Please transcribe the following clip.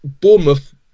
Bournemouth